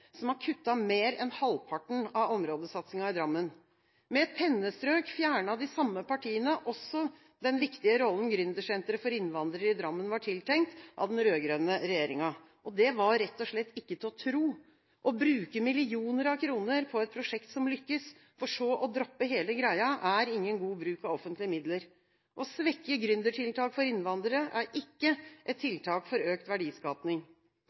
som har kuttet mer enn halvparten av områdesatsinga i Drammen. Med et pennestrøk fjernet de samme partiene også den viktige rollen gründersenteret for innvandrere i Drammen var tiltenkt av den rød-grønne regjeringa. Det var rett og slett ikke til å tro. Å bruke millioner av kroner på et prosjekt som lykkes, for så å droppe hele greia, er ingen god bruk av offentlige midler. Å svekke gründertiltak for innvandrere er ikke et tiltak for økt